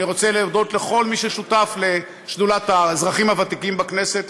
אני רוצה להודות לכל מי ששותף לשדולת האזרחים הוותיקים בכנסת,